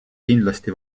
kindlasti